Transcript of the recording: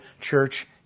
church